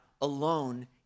alone